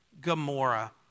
Gomorrah